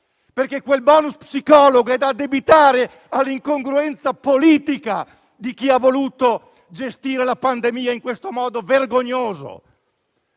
che il *bonus* psicologo è da addebitare all'incongruenza politica di chi ha voluto gestire la pandemia in questo modo vergognoso.